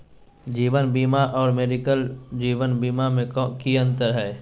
जीवन बीमा और मेडिकल जीवन बीमा में की अंतर है?